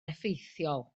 effeithiol